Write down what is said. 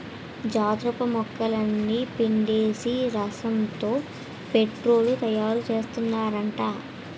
jatropha మొక్కలని పిండేసి రసంతో పెట్రోలు తయారుసేత్తన్నారట